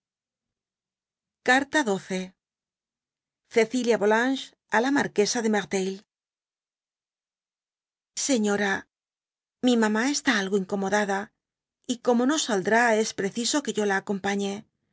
carta xii cecilia volanges á la marquesa de merteuil oekora mi mamá está algo incomodada y como no saldrá es preciso que yo la acompañe